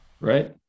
Right